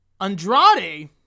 Andrade